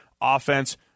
offense